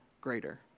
greater